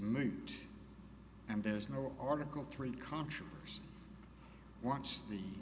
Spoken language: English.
made and there is no article three controversy once the